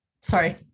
sorry